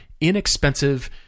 inexpensive